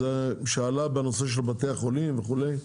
זה עלה בנושא של בתי החולים וכו'.